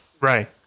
Right